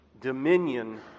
dominion